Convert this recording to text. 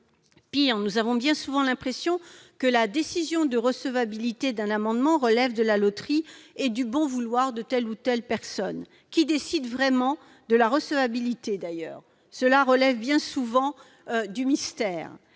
Pis, nous avons bien souvent l'impression que la décision de recevabilité d'un amendement relève de la loterie et du bon vouloir de telle ou telle personne. D'ailleurs, qui décide vraiment de la recevabilité ? Cela s'apparente bien souvent à un mystère